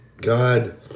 God